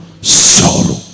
sorrow